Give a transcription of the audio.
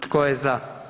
Tko je za?